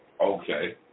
Okay